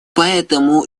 поэтому